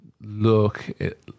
look